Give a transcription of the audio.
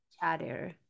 chatter